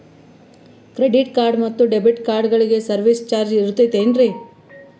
Credit card ಮತ್ತು debit ಕಾರ್ಡಗಳಿಗೆ service charge ಇರುತೇನ್ರಿ?